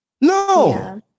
No